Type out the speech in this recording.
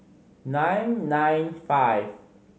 nine nine five